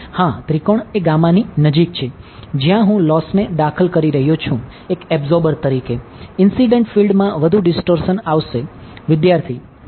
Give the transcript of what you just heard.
હા ત્રિકોણ એ ની નજીક છે જ્યાં હું લોસને દાખલ કરી રહ્યો છું એક એબ્સોર્બર માં વધુ ડીસ્ટોર્શન આવશે વિદ્યાર્થી છે